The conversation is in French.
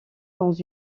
dans